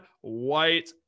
White